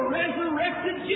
resurrected